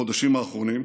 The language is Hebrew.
ובחודשים האחרונים,